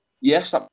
Yes